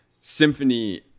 symphony